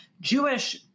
Jewish